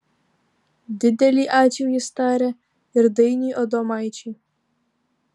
didelį ačiū jis taria ir dainiui adomaičiui